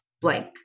blank